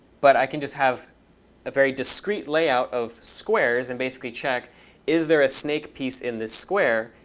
but i can just have a very discrete layout of squares and basically check is there a snake piece in this square,